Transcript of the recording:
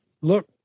look